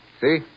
See